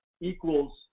Equals